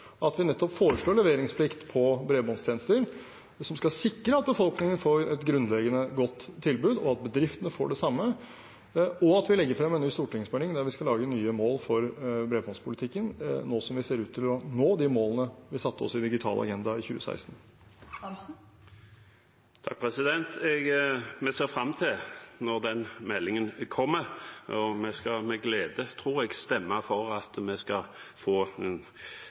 at vi foreslår leveringsplikt på bredbåndstjenester – det som skal sikre at befolkningen får et grunnleggende godt tilbud, og at bedriftene får det samme – og for at vi legger frem en ny stortingsmelding der vi skal lage nye mål for bredbåndspolitikken, nå som vi ser ut til å nå de målene vi satte oss i Digital agenda i 2016. Vi ser fram til at den meldingen kommer, og vi skal med glede, tror jeg, stemme for at vi skal få en